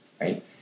right